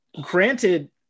granted